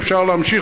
ואפשר להמשיך,